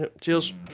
Cheers